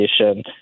education